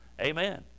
Amen